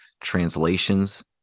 translations